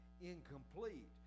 incomplete